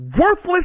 worthless